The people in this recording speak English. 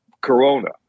Corona